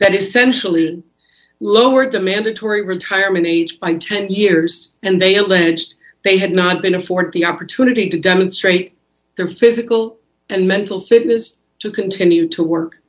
that essentially lowered the mandatory retirement age by ten years and they alleged they had not been afforded the opportunity to demonstrate their physical and mental fitness to continue to work